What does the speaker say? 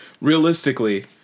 realistically